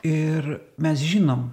ir mes žinom